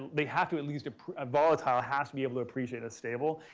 they have to at least, a volatile has to be able to appreciate a stable,